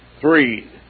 Three